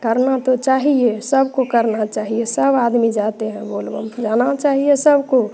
करना तो चाहिए सबको करना चाहिए सब आदमी जाते हैं बोल बम जाना चाहिए सबको